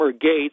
Gates